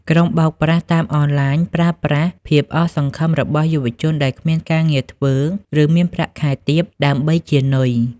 ក្រុមបោកប្រាស់តាមអនឡាញប្រើប្រាស់ "ភាពអស់សង្ឃឹម" របស់យុវជនដែលគ្មានការងារធ្វើ ឬមានប្រាក់ខែទាប ដើម្បីជានុយ។